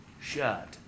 shut